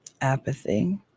apathy